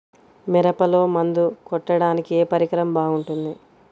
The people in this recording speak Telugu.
మిరపలో మందు కొట్టాడానికి ఏ పరికరం బాగుంటుంది?